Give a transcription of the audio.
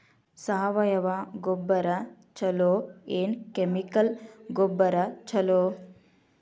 ಸಾವಯವ ಗೊಬ್ಬರ ಛಲೋ ಏನ್ ಕೆಮಿಕಲ್ ಗೊಬ್ಬರ ಛಲೋ?